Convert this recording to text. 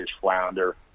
flounder